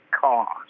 cost